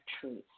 Truth